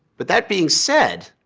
but that being said,